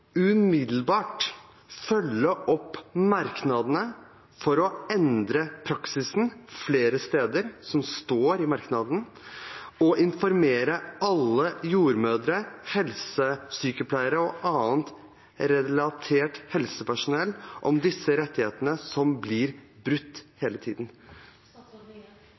umiddelbart følge opp merknadene for å endre praksisen flere steder, som det står i merknaden, og informere alle jordmødre, helsesykepleiere og annet relatert helsepersonell om disse rettighetene som blir brutt hele tiden?